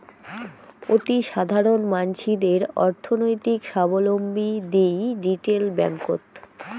অতিসাধারণ মানসিদের অর্থনৈতিক সাবলম্বী দিই রিটেল ব্যাঙ্ককোত